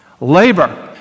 labor